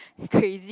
crazy